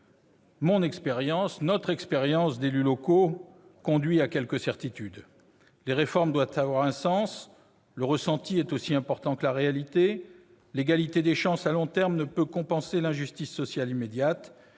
nouvelles bases. Notre expérience d'élus locaux conduit à quelques certitudes : les réformes doivent avoir un sens ; le ressenti est aussi important que la réalité ; l'égalité des chances à long terme ne peut compenser l'injustice sociale immédiate